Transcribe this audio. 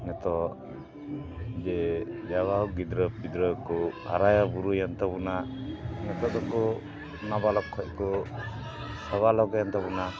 ᱱᱤᱛᱚᱜ ᱡᱮ ᱡᱟᱭᱦᱳᱠ ᱜᱤᱫᱽᱨᱟᱹ ᱯᱤᱫᱽᱨᱟᱹ ᱠᱚ ᱦᱟᱨᱟ ᱵᱩᱨᱩᱭᱮᱱ ᱛᱟᱵᱚᱱᱟ ᱱᱤᱛᱚᱜ ᱫᱚᱠᱚ ᱱᱟᱵᱟᱞᱚᱠ ᱠᱷᱚᱱ ᱠᱚ ᱥᱟᱵᱟᱞᱚᱠ ᱮᱱ ᱛᱟᱵᱚᱱᱟ